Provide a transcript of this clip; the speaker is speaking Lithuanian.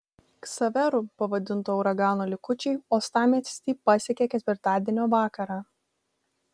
ksaveru pavadinto uragano likučiai uostamiestį pasiekė ketvirtadienio vakarą